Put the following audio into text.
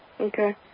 Okay